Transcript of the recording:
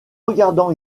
regardant